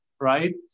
right